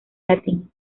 latín